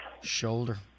Shoulder